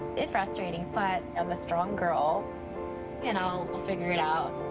it's frustrating, but i'm a strong girl and i'll figure it out.